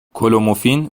کلومفین